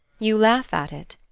you laugh at it?